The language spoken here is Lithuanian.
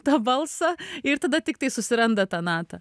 tą balsą ir tada tiktai susiranda tą natą